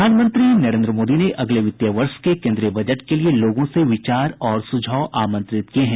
प्रधानमंत्री नरेन्द्र मोदी ने अगले वित्त वर्ष के केन्द्रीय बजट के लिये लोगों से विचार और सुझाव आमंत्रित किये हैं